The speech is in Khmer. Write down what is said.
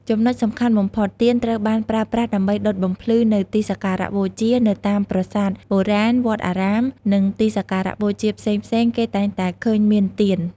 ចំណុចសំខាន់បំផុត ទៀនត្រូវបានប្រើប្រាស់ដើម្បីដុតបំភ្លឺនៅទីសក្ការៈបូជា នៅតាមប្រាសាទបុរាណ វត្តអារាម និងទីសក្ការៈបូជាផ្សេងៗ គេតែងតែឃើញមានទៀន។